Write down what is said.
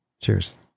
Cheers